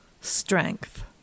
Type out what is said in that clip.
strength